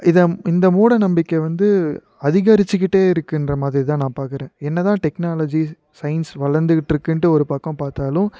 இத இந்த மூட நம்பிக்கை வந்து அதிகரிச்சிக்கிட்டே இருக்குன்ற மாதிரி தான் நான் பார்க்கறேன் என்ன தான் டெக்னாலஜி சயின்ஸ் வளர்ந்துக்கிட்ருக்குன்ட்டு ஒரு பக்கம் பார்த்தாலும்